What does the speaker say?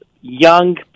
young